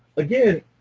again,